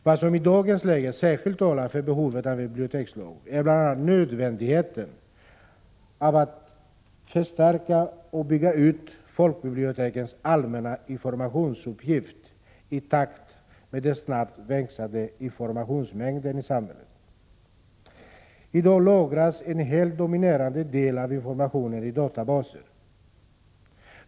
Vad som i dagens läge särskilt talar för behovet av en bibliotekslag är bl.a. nödvändigheten av att förstärka och bygga ut folkbibliotekens allmänna informationsuppgift i takt med den snabbt växande informationsmängden i samhället. I dag lagras en helt dominerande del av informationen i databaser.